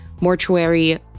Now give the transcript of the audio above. mortuary